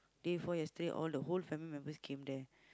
day before yesterday all the whole family members came then